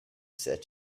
said